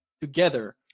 together